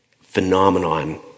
phenomenon